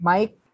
Mike